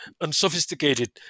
unsophisticated